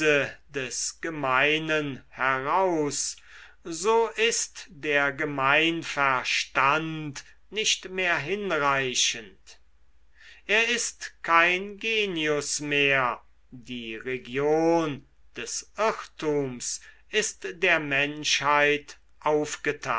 des gemeinen heraus so ist der gemeinverstand nicht mehr hinreichend er ist kein genius mehr die region des irrtums ist der menschheit